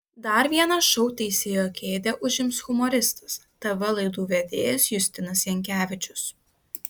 dar vieną šou teisėjo kėdę užims humoristas tv laidų vedėjas justinas jankevičius